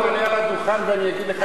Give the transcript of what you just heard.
אני עוד מעט אעלה לדוכן ואני אגיד לך את זה,